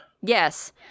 Yes